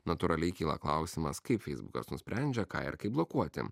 natūraliai kyla klausimas kaip feisbukas nusprendžia ką ir kaip blokuoti